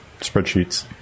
spreadsheets